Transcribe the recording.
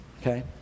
Okay